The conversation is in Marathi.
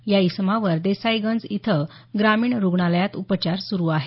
या इसमावर देसाईगंज इथं ग्रामीण रुग्णालयात उपचार सुरु आहेत